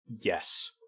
Yes